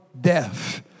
death